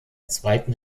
zweiten